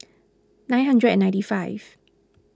nine hundred and ninety five